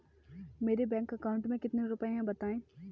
मेरे bank account में कितने रुपए हैं बताएँ?